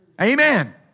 Amen